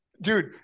Dude